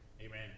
Amen